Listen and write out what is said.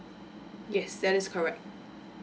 yes that is correct